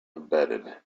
embedded